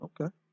okay